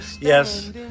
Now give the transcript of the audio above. Yes